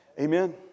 Amen